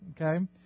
okay